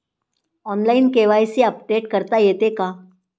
Online KYC update करता येते का?